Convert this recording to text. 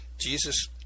Jesus